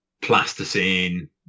plasticine